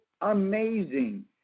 amazing